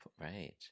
right